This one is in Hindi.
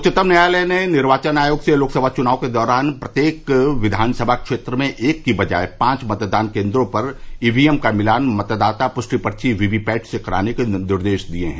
उच्चतम न्यायालय ने निर्वाचन आयोग से लोकसभा चुनाव के दौरान प्रत्येक विधानसभा क्षेत्र में एक की बजाय पांच मतदान केन्द्रों पर ईवीएम का मिलान मतदाता पृष्टि पर्वी वीवीपैट से कराने का निर्देश दिया है